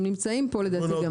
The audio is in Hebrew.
הם נמצאים פה לדעתי גם היום.